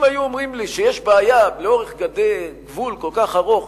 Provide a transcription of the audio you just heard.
אם היו אומרים לי שיש בעיה למנוע כניסה לאורך גבול כל כך ארוך,